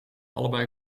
allebei